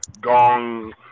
gong